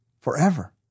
forever